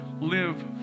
live